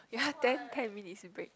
ya then ten minutes break